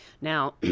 Now